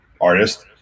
artist